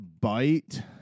bite